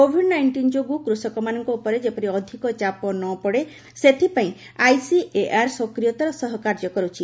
Covid nineteen ଯୋଗୁଁ କୃଷକମାନଙ୍କ ଉପରେ ଯେପରି ଅଧିକ ଚାପ ନ ପଡ଼େ ସେଥିପାଇଁ ଆଇସିଏଆର୍ ସକ୍ରିୟତାର ସହ କାର୍ଯ୍ୟ କର୍ରଛି